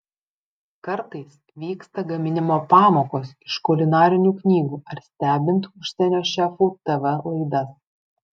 kartais vyksta gaminimo pamokos iš kulinarinių knygų ar stebint užsienio šefų tv laidas